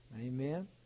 amen